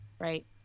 right